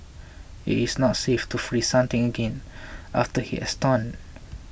it is not safe to freeze something again after it has thawed